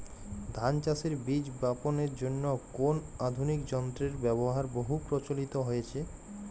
ধান চাষের বীজ বাপনের জন্য কোন আধুনিক যন্ত্রের ব্যাবহার বহু প্রচলিত হয়েছে?